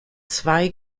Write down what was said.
zwei